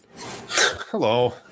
Hello